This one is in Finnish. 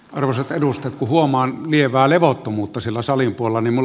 arvoisat edustajat huomaan lievää levottomuutta siellä salin puolella